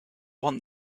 want